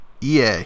EA